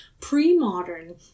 pre-modern